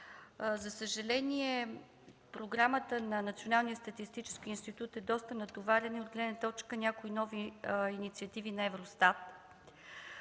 За съжаление, програмата на Националния статистически институт е доста натоварена. От гледна точка на някои нови инициативи на Евростат